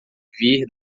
vir